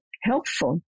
helpful